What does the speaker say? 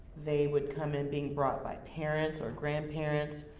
they would come in being brought by parents, or grandparents,